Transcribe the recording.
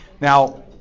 Now